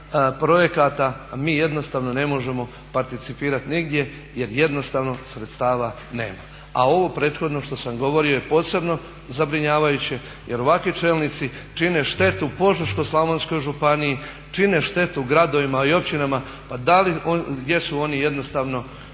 projekata, a mi jednostavno ne možemo participirat nigdje jer jednostavno sredstava nema. A ovo prethodno što sam govorio je posebno zabrinjavajuće jer ovakvi čelnici čine štetu Požeško-slavonskoj županiji, čine štetu gradovima i općinama, pa da li jesu oni jednostavno